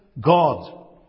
God